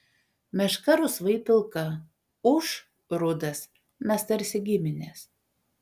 meška rusvai pilka ūš rudas mes tarsi giminės